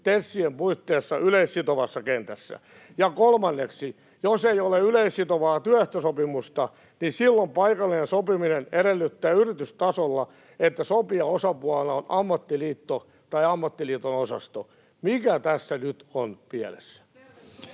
TESien puitteissa yleissitovassa kentässä. Ja kolmanneksi: Jos ei ole yleissitovaa työehtosopimusta, niin silloin paikallinen sopiminen edellyttää yritystasolla, että sopijaosapuolena on ammattiliitto tai ammattiliiton osasto. Mikä tässä nyt on pielessä?